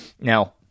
Now